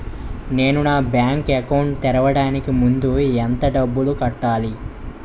నేను నా bank account తెరవడానికి ముందు ఎంత డబ్బులు కట్టాలి?